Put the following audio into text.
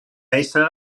ésser